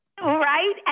Right